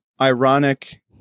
ironic